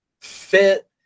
fit